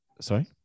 Sorry